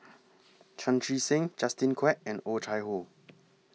Chan Chee Seng Justin Quek and Oh Chai Hoo